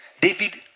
David